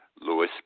Louis